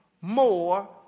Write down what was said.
more